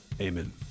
Amen